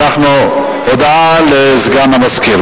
הודעה לסגן המזכירה.